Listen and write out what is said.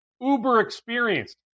uber-experienced